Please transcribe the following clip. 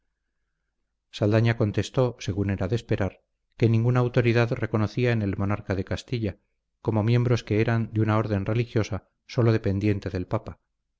saldaña contestó según era de esperar que ninguna autoridad reconocía en el monarca de castilla como miembros que eran de una orden religiosa sólo dependiente del papa